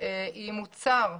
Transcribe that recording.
היא מוצר,